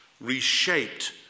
reshaped